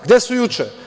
Gde su juče?